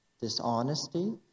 dishonesty